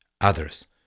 others